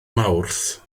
mawrth